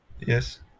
Yes